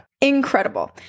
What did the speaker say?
Incredible